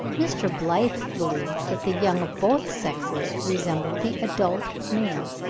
mr. blyth believes, that the young of both sexes resemble the adult male.